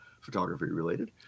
photography-related